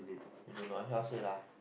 you don't know I cannot say lah